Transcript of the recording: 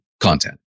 content